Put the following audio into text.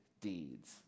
deeds